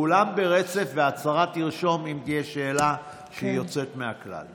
כולם ברצף והשרה תרשום אם יש שאלה שהיא יוצאת מן הכלל.